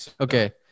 Okay